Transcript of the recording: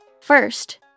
First